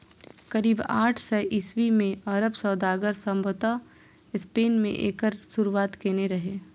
करीब आठ सय ईस्वी मे अरब सौदागर संभवतः स्पेन मे एकर शुरुआत केने रहै